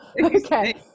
Okay